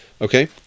Okay